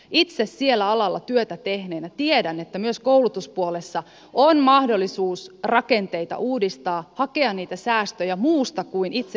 itse sillä alalla työtä tehneenä tiedän että myös koulutuspuolella on mahdollisuus rakenteita uudistaa hakea niitä säästöjä muusta kuin itse opetuksesta